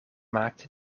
maakte